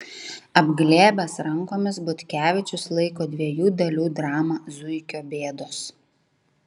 apglėbęs rankomis butkevičius laiko dviejų dalių dramą zuikio bėdos